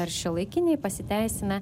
ar šiuolaikinėj pasiteisina